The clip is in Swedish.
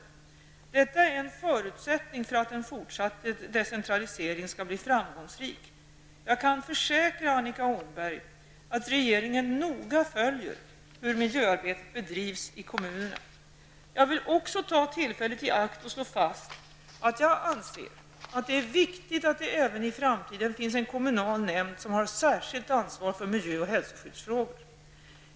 Detta är en förutsättning för att en fortsatt decentralisering skall bli framgångsrik. Jag kan försäkra Annika Åhnberg att regeringen noga följer hur miljöarbetet bedrivs i kommunerna. Jag vill också ta tillfället i akt och slå fast att jag anser att det är viktigt att det även i framtiden finns en kommunal nämnd som har särskilt ansvar för miljö och hälsoskyddsfrågor.